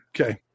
Okay